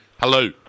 Hello